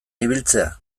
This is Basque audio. ibiltzea